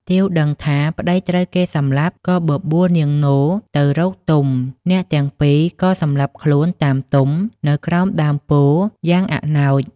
ទាវដឹងថាប្តីត្រូវគេសម្លាប់ ក៏បបួលនាងនោទៅរកទុំ អ្នកទាំងពីរក៏សម្លាប់ខ្លួនតាមទុំនៅក្រោមដើមពោធិ៍យ៉ាងអនោច។